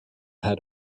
had